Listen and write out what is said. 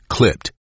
Clipped